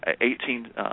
Eighteen